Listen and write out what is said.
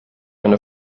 eine